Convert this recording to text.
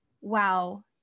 wow